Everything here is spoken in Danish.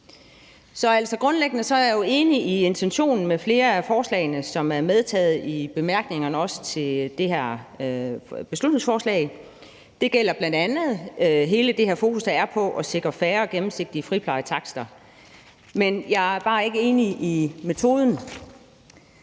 Så grundlæggende er jeg jo enig i intentionen med flere af forslagene, som er medtaget i bemærkningerne til det her beslutningsforslag. Det gælder bl.a. hele det her fokus, der er på at sikre fair og gennemsigtige friplejetakster. Men jeg er bare ikke enig i metoden,